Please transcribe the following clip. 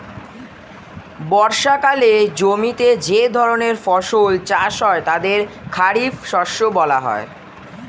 বর্ষাকালে জমিতে যে ধরনের ফসল চাষ হয় তাদের খারিফ শস্য বলা হয়